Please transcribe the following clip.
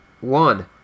one